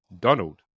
Donald